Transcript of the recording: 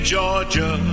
Georgia